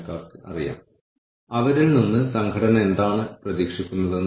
യഥാർത്ഥത്തിൽ പുതിയ പ്രോഗ്രാമോ പുതിയ പരിശീലന പരിപാടിയോ അവരെ എന്തെങ്കിലും പഠിപ്പിക്കുന്നുണ്ടോ